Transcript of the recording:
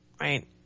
right